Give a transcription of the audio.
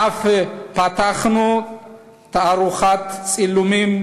ואף פתחנו תערוכת צילומים